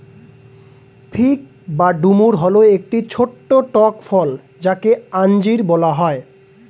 fig বা ডুমুর হল একটি ছোট্ট টক ফল যাকে আঞ্জির বলা হয়